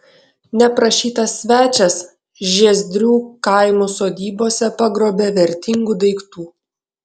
neprašytas svečias žiezdrių kaimų sodybose pagrobė vertingų daiktų